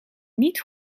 niet